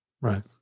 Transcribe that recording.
Right